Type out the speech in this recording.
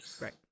right